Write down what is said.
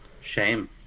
Shame